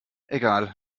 egal